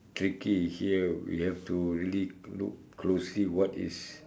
tricky here we have to leak look closely what is